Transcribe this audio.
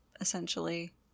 essentially